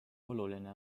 oluline